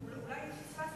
אולי פספסתי.